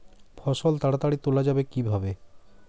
ফসল তাড়াতাড়ি তোলা যাবে কিভাবে?